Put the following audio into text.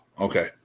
okay